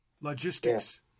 Logistics